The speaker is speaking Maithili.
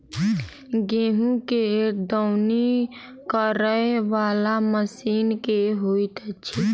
गेंहूँ केँ दौनी करै वला मशीन केँ होइत अछि?